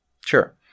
Sure